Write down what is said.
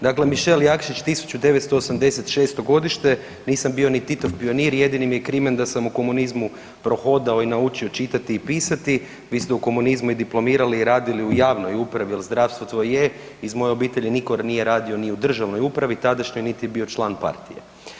Dakle, Mišel Jakšić 1986., nisam bio ni Titov pionir jedini mi je krimen da sam u komunizmu prohodao i naučiti čitati i pisati, vi ste u komunizmu i diplomirali i radili u javnoj upravi jer zdravstvo to je, iz moje obitelji nitko nije radio ni u državnoj upravi tadašnjoj niti je bio član partije.